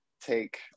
take